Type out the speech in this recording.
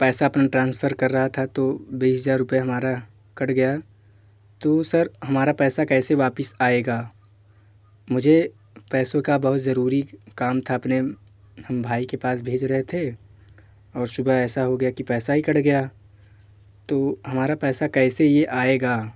पैसा अपने ट्रांसफ़र कर रहा था तो बीस हज़ार रूपये हमारा कट गया तो सर हमारा पैसा कैसे वापस आएगा मुझे पैसों का बहुत ज़रूरी काम था अपने भाई के पास भेज रहे थे और सुबह ऐसा हो गया कि पैसा ही कट गया तो हमारा पैसा कैसे ये आएगा